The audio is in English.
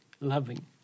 loving